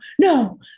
no